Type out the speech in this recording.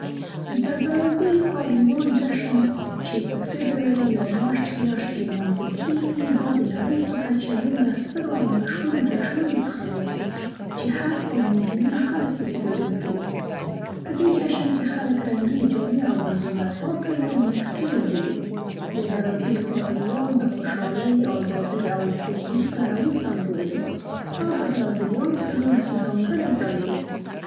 د برازیل کارنیوال جشن چې په فبروري یا مارچ میاشت کې نمانځل کیږي. دا د نړۍ په کچه یو له سترو او مشهورو جشنونو څخه دی چې هر کال میلیونونه خلک په کې ګډون کوي. په دې جشن کې خلک رنګینې جامې اغوندي، نڅا کوي او موسیقي غږوي. د برازیل کارنیوال د خوشحالۍ، آزادۍ او کلتوري تنوع سمبول دی او د برازیلیانو په ژوند کې ځانګړی ځای لري